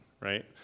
right